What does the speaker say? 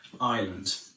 island